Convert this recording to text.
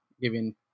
giving